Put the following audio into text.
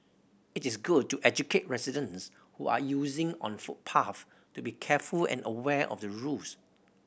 it is good to educate residents who are using on footpaths to be careful and aware of the rules